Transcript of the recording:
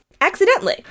Accidentally